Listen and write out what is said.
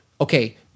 okay